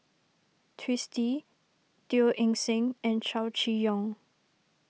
Twisstii Teo Eng Seng and Chow Chee Yong